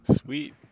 Sweet